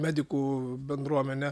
medikų bendruomenė